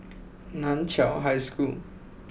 Nan Chiau High School